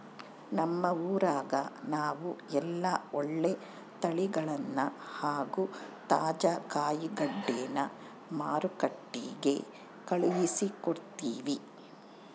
ನಮ್ಮ ಊರಗ ನಾವು ಎಲ್ಲ ಒಳ್ಳೆ ತಳಿಗಳನ್ನ ಹಾಗೂ ತಾಜಾ ಕಾಯಿಗಡ್ಡೆನ ಮಾರುಕಟ್ಟಿಗೆ ಕಳುಹಿಸಿಕೊಡ್ತಿವಿ